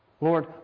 Lord